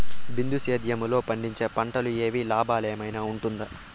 బిందు సేద్యము లో పండించే పంటలు ఏవి లాభమేనా వుంటుంది?